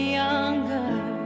younger